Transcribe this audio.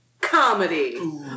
comedy